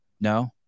No